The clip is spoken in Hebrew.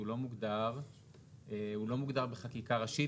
הוא לא מוגדר בחקיקה ראשית,